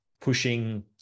pushing